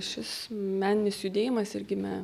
šis meninis judėjimas ir gimė